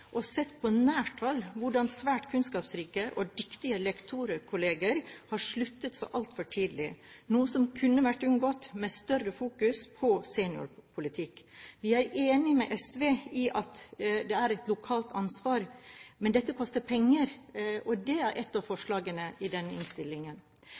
og sett på nært hold hvordan svært kunnskapsrike og dyktige lektorkolleger har sluttet så altfor tidlig, noe som kunne vært unngått med større fokus på seniorpolitikk. Vi er enig med SV i at det er et lokalt ansvar. Men dette koster penger, og det er ett av